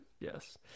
Yes